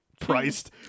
priced